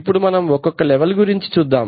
ఇప్పుడు మనం ఒక్కొక్క లెవెల్ గురించి చూద్దాం